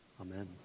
Amen